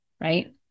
right